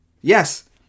Yes